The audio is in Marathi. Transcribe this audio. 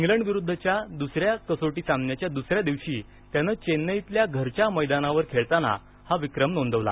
इंग्लंडविरुद्धच्या दुसऱ्या कसोटी सामन्याच्या दुसऱ्या दिवशी त्यानं चेन्नईतल्या घरच्या मैदानावर खेळताना हा विक्रम नोंदवला